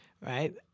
right